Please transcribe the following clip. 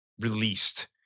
released